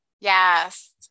Yes